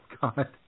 God